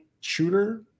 shooter